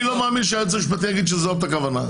אני לא מאמין שהיועץ המשפטי יגיד שזאת הכוונה.